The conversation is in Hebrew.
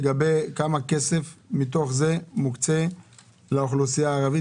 כמה כסף מתוך זה מוקצה לאוכלוסייה הערבית